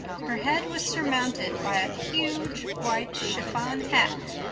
her head was surmounted by a huge white chiffon hat,